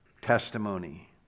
testimony